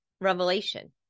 Revelation